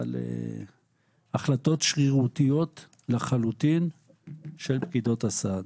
אבל החלטות שרירותיות לחלוטין של פקידות הסעד,